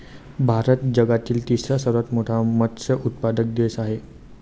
भारत जगातील तिसरा सर्वात मोठा मत्स्य उत्पादक देश आहे